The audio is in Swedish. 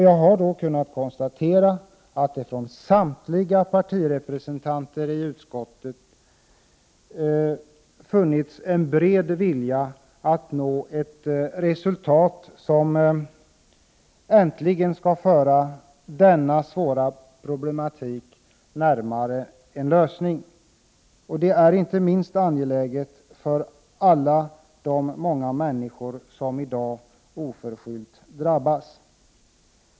Jag har kunnat konstatera att det från samtliga partirepresentanter i utskottet funnits en bred vilja att nå ett resultat som äntligen skall föra detta svåra problem närmare en lösning. Det är inte minst angeläget för alla de många människor som i dag oförskyllt drabbas.